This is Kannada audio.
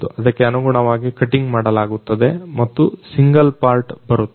ಅದಕ್ಕೆ ಅನುಗುಣವಾಗಿ ಕಟಿಂಗ್ ಮಾಡಲಾಗುತ್ತದೆ ಮತ್ತು ಸಿಂಗಲ್ ಪಾರ್ಟ್ ಬರುತ್ತದೆ